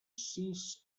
sis